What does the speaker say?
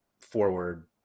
forward